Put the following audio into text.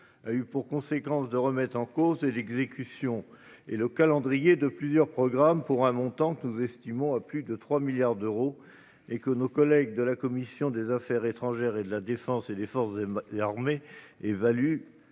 a eu pour conséquence de remettre en cause l'exécution et le calendrier de plusieurs programmes pour un montant que nous estimons à plus de 3 milliards d'euros, et que nos collègues de la commission des affaires étrangères, de la défense et des forces armées évaluent